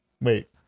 Wait